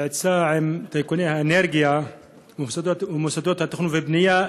בעצה עם טייקוני האנרגיה ומוסדות התכנון והבנייה,